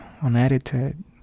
unedited